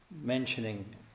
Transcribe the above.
mentioning